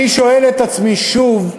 אני שואל את עצמי שוב,